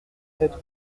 sept